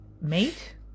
mate